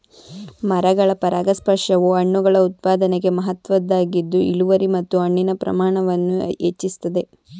ಮರಗಳ ಪರಾಗಸ್ಪರ್ಶವು ಹಣ್ಣುಗಳ ಉತ್ಪಾದನೆಗೆ ಮಹತ್ವದ್ದಾಗಿದ್ದು ಇಳುವರಿ ಮತ್ತು ಹಣ್ಣಿನ ಪ್ರಮಾಣವನ್ನು ಹೆಚ್ಚಿಸ್ತದೆ